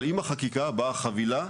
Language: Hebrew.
אבל עם החקיקה באה חבילה,